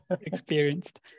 Experienced